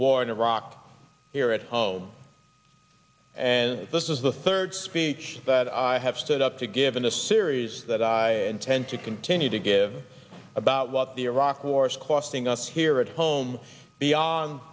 war in iraq here at home and this is the third speech that i have stood up to given a series that i intend to continue to give about what the iraq war is costing us here at home beyond